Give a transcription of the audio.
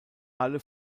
alle